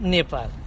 Nepal